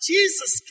Jesus